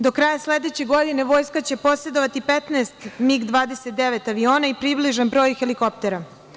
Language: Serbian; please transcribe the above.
Do kraja sledeće godine Vojska će posedovati 15 MiG-29 aviona i približan broj helikoptera.